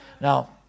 Now